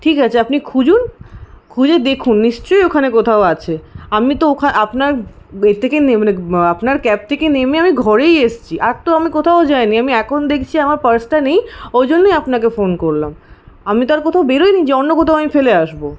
ঠিক আছে আপনি খুঁজুন খুঁজে দেখুন নিশ্চয়ই ওখানে কোথাও আছে আমি তো আপনার মানে আপনার ক্যাব থেকে নেমে আমি ঘরেই এসছি আর তো আমি কোথাও যাইনি আমি এখন দেখছি আমার পার্সটা নেই ওই জন্যেই আপনাকে ফোন করলাম আমি তো আর কোথাও বেরোইনি যে অন্য কোথাও আমি ফেলে আসব